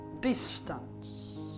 distance